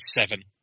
seven